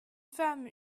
femme